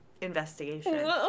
Investigation